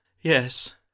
Yes